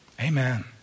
Amen